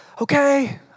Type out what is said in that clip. okay